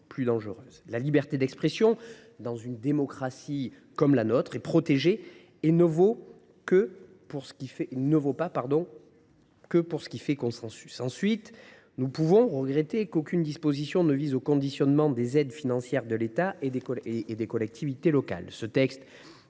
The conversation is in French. la liberté d’expression est protégée et ne vaut pas que pour ce qui fait consensus. Ensuite, nous pouvons regretter qu’aucune disposition ne vise un conditionnement des aides financières de l’État et des collectivités locales.